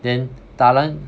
then 打蓝